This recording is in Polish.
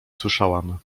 słyszałam